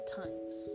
times